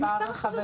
כמספר החברים?